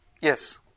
Yes